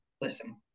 listen